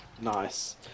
nice